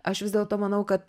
aš vis dėlto manau kad